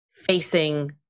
Facing